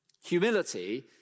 Humility